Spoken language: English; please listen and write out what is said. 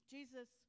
Jesus